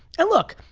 and look,